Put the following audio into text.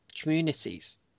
communities